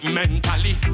mentally